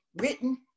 written